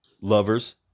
lovers